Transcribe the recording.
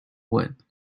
wood